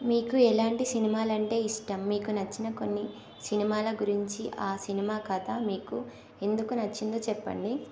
మీకు ఎలాంటి సినిమాలంటే ఇష్టం మీకు నచ్చిన కొన్ని సినిమాల గురించి ఆ సినిమా కథ మీకు ఎందుకు నచ్చిందో చెప్పండి